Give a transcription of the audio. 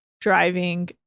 driving